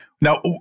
Now